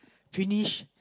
finish